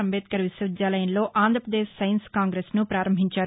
అంబేద్కర్ విశ్వవిద్యాలయంలో ఆంధ్రప్రదేశ్ సైన్స్ కాంగ్రెస్ను పారంభించారు